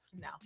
No